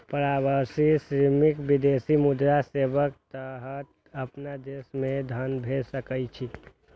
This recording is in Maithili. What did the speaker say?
प्रवासी श्रमिक विदेशी मुद्रा सेवाक तहत अपना देश मे धन भेज सकै छै